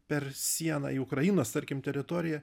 per sieną į ukrainos tarkim teritoriją